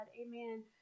amen